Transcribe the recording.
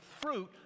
fruit